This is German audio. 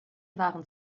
waren